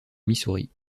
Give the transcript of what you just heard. missouri